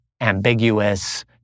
ambiguous